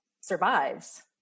survives